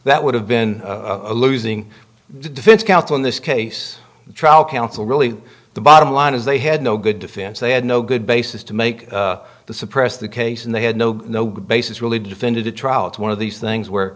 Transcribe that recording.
that would have been a losing defense counsel in this case the trial counsel really the bottom line is they had no good defense they had no good basis to make the suppress the case and they had no no basis really defended a trial it's one of these things where